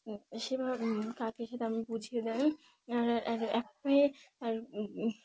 সেভাবে কাকের সাথে আমি বুঝিয়ে দাম আর এক আর